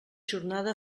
jornada